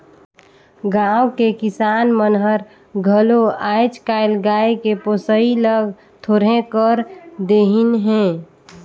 गाँव के किसान मन हर घलो आयज कायल गाय के पोसई ल थोरहें कर देहिनहे